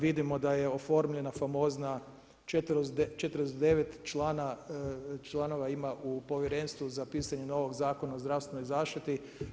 Vidimo da je oformljena famozna 49 članova ima u Povjerenstvu za pisanje novog zakona o zdravstvenoj zaštiti.